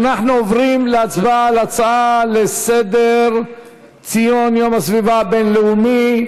אנחנו עוברים להצבעה על הצעה לסדר-היום: ציון יום הסביבה הבין-לאומי.